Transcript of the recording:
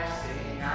sing